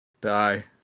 Die